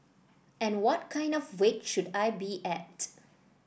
and what kind of weight should I be at